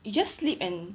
you just sleep and